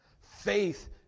Faith